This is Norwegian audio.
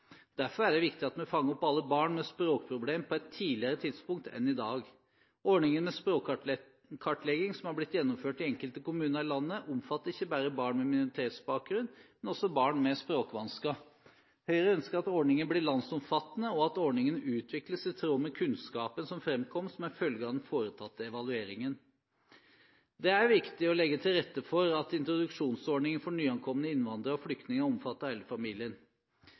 Derfor er det viktig at vi fanger opp alle barn med språkproblemer på et tidligere tidspunkt enn i dag. Ordningen med språkkartlegging, som har blitt gjennomført i enkelte kommuner i landet, omfatter ikke bare barn med minoritetsbakgrunn, men også barn med språkvansker. Høyre ønsker at ordningen blir landsomfattende, og at ordningen utvikles i tråd med kunnskapen som fremkom som en følge av den foretatte evalueringen. Det er viktig å legge til rette for at introduksjonsordningen for nyankomne innvandrere og flyktninger omfatter